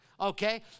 okay